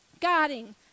Guarding